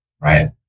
Right